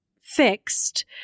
fixed